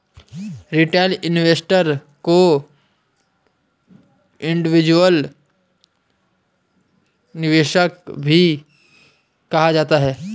retail investor को individual निवेशक भी कहा जाता है